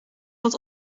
dat